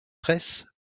presses